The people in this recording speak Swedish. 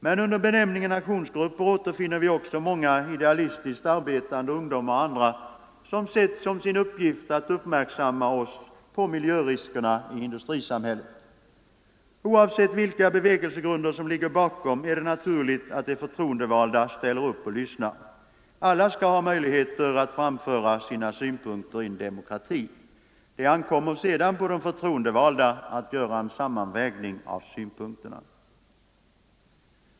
Men under benämningen aktionsgrupper återfinner vi också många idealistiskt arbetande, ungdomar och andra, som sett som sin uppgift att göra oss uppmärksamma på miljöriskerna i industrisamhället. Oavsett vilka bevekelsegrunder som ligger bakom är det naturligt att de förtroendevalda ställer upp och lyssnar. Alla skall ha möjligheter att framföra sina synpunkter i en demokrati. Det ankommer sedan på de förtroendevalda att göra en sammanvägning av synpunkterna.